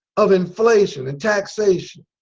of inflation and taxation.